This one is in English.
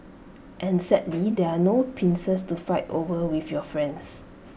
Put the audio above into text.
and sadly there are no pincers to fight over with your friends